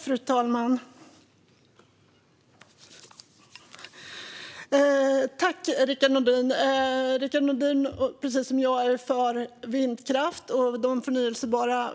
Fru talman! Jag tackar Rickard Nordin för anförandet. Rickard Nordin är precis som jag för det förnybara,